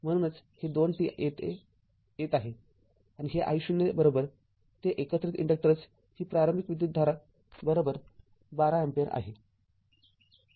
म्हणूनच हे २t येत आहे आणि हे I0ते एकत्रित इन्डक्टर्स ही प्रारंभिक विद्युतधारा १२ अँपिअर आहे